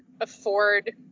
afford